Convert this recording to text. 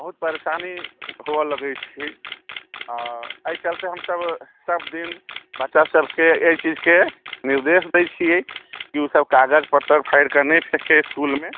बहुत परेशानी हुअ लगै छै एहि चलते हमसब सबदिन बच्चा सबके एहि चीजके निर्देश दै छिए कि ओसब कागज पत्तर फाड़िके नहि फेकए इसकुलमे